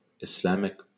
Islamic